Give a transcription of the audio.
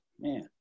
man